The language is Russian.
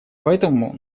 поэтому